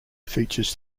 features